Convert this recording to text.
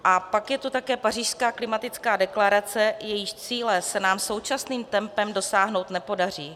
A pak je to také pařížská klimatická deklarace, jejíž cíle se nám současným tempem dosáhnout nepodaří.